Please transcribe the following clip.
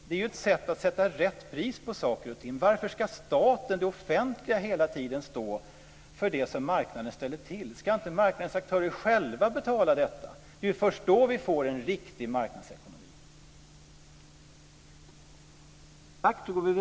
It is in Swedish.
Det är ju ett sätt att sätta rätt pris på saker och ting. Varför ska staten, det offentliga, hela tiden stå för det som marknaden ställer till med? Ska inte marknadens aktörer själva betala detta? Det är ju först då vi får en riktig marknadsekonomi.